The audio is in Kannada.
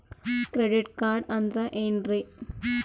ಕ್ರೆಡಿಟ್ ಕಾರ್ಡ್ ಅಂದ್ರ ಏನ್ರೀ?